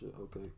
Okay